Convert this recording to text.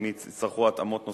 ואם יצטרכו התאמות נוספות,